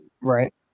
right